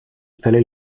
fallait